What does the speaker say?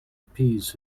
appease